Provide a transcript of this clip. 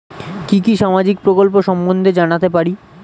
কি কি সামাজিক প্রকল্প সম্বন্ধে জানাতে পারি?